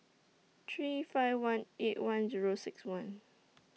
three five one eight one Zero six one